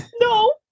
No